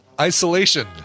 isolation